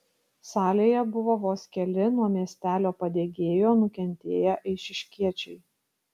salėje buvo vos keli nuo miestelio padegėjo nukentėję eišiškiečiai